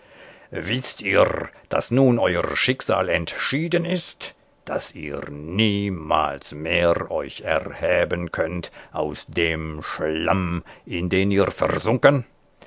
wißt ihr daß nun euer schicksal entschieden ist daß ihr niemals mehr euch erheben könnt aus dem schlamm in den ihr versunken